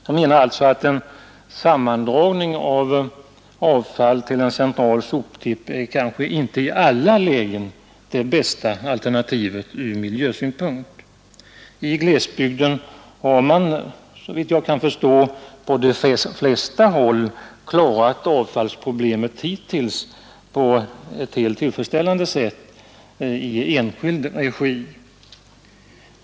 Jag menar alltså att en sammandragning av avfall till en central soptipp inte i alla lägen är det ur miljösynpunkt bästa alternativet. I glesbygden har man, såvitt jag kan förstå, på de flesta håll klarat avfallsproblemet hittills på ett helt tillfredsställande sätt i enskild regi.